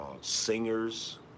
singers